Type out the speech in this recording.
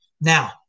Now